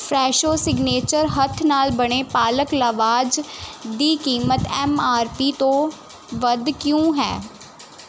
Fresho signature ਹੱਥ ਨਾਲ ਬਣੇ ਪਾਲਕ ਲਾਵਾਸ਼ ਦੀ ਕੀਮਤ ਐੱਮ ਆਰ ਪੀ ਤੋਂ ਵੱਧ ਕਿਉਂ ਹੈ